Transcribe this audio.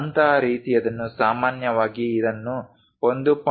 ಅಂತಹ ರೀತಿಯದನ್ನು ಸಾಮಾನ್ಯವಾಗಿಇದನ್ನು 1